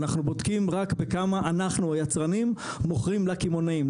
אנחנו בודקים רק בכמה אנחנו היצרנים מוכרים לקמעונאים,